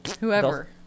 Whoever